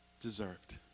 deserved